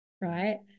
right